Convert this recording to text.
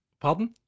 pardon